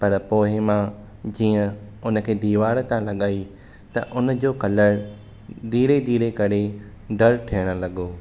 पर पोइ मां जीअं उनखे दीवार तां लॻाईं त उनजो कलरु धीरे धीरे करे डल थियणु लॻो